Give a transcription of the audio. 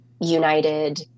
United